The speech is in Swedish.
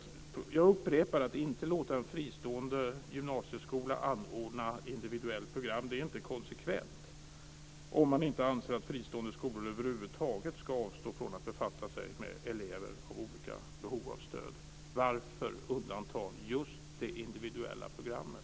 Jag upprepar: Att inte låta en fristående gymnasieskola anordna individuellt program är inte konsekvent - om man inte anser att fristående skolor över huvud taget ska avstå från att befatta sig med elever med olika behov av stöd. Varför undanta just det individuella programmet?